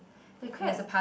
the crab